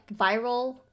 viral